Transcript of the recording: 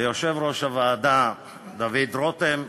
ליושב-ראש הוועדה דוד רותם,